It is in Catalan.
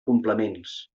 complements